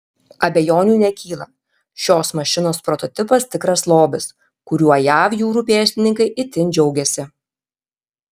abejonių nekyla šios mašinos prototipas tikras lobis kuriuo jav jūrų pėstininkai itin džiaugiasi